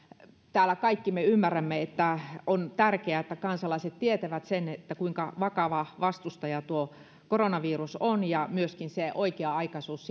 täällä me kaikki ymmärrämme että on tärkeää että kansalaiset tietävät sen kuinka vakava vastustaja tuo koronavirus on ja myöskin sen oikea aikaisuuden